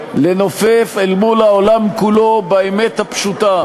לנופף אל מול העולם כולו באמת הפשוטה